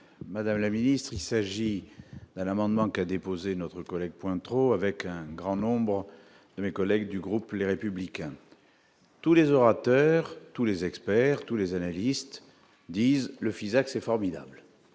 madame la ministre, il s'agit d'un amendement qui a déposé notre collègue point trop avec un grand nombre de mes collègues du groupe, les républicains, tous les orateurs, tous les experts, tous les analystes disent le Fisac ces formidables,